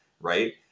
Right